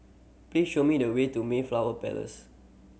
please show me the way to Mayflower Palace